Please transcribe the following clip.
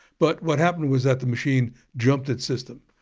but what happened was that the machine jumped its system.